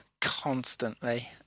constantly